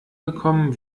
gekommen